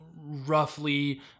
roughly